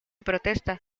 protesta